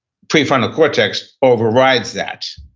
prefrontal cortex, overrides that,